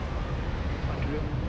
what to do